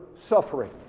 suffering